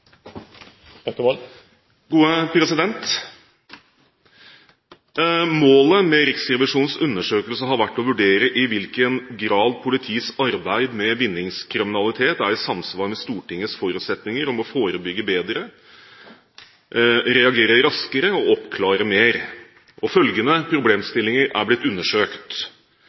nr. 1. Målet med Riksrevisjonens undersøkelse har vært å vurdere i hvilken grad politiets arbeid med vinningskriminalitet er i samsvar med Stortingets forutsetninger om å forebygge bedre, reagere raskere og oppklare mer. Følgende problemstillinger er blitt undersøkt: